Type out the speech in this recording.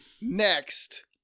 next